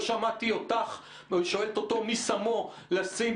לא שמעתי אותך שואלת אותו מי שמו לשים